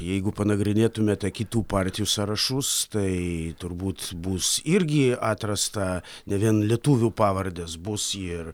jeigu panagrinėtumėte kitų partijų sąrašus tai turbūt bus irgi atrasta ne vien lietuvių pavardės bus ir